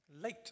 late